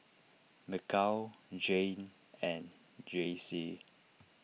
Mikal Jayne and Jaycee